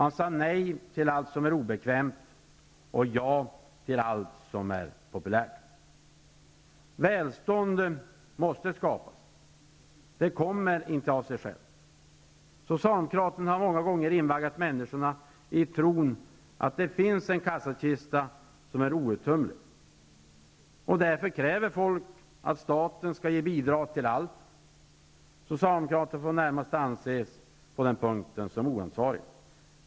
Han sade nej till allt som är obekvämt och ja till allt som är populärt. Välstånd måste skapas. Det kommer inte av sig självt. Socialdemokraterna har många gånger invaggat människorna i tron att det finns en kassakista som är outtömlig. Därför kräver folk att staten skall ge bidrag till allt. Socialdemokraterna får på den punkten anses vara närmast oansvariga.